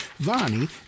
Vani